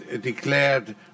declared